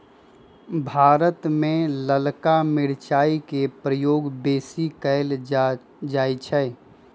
भारत में ललका मिरचाई के प्रयोग बेशी कएल जाइ छइ